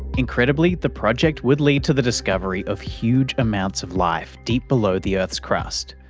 incredibly, the project would lead to the discovery of huge amounts of life deep below the earth's crust,